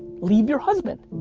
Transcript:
leave your husband.